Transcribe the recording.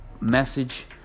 message